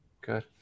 good